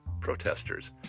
protesters